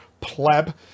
pleb